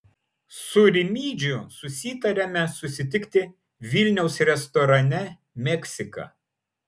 su rimydžiu susitariame susitikti vilniaus restorane meksika